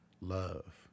love